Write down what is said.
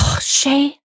Shay